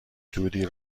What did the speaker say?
دودی